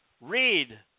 read